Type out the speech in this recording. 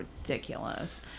ridiculous